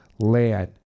land